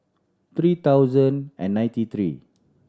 three thousand and ninety three